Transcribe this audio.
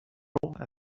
tomorrow